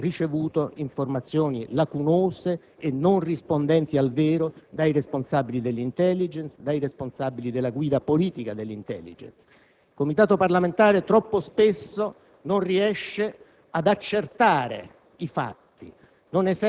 di controllo, negli anni passati, ha ricevuto informazioni lacunose e non rispondenti al vero dai responsabili dell'*intelligence* e dai responsabili della guida politica dei servizi. Il Comitato parlamentare troppo spesso non riesce